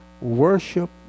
Worship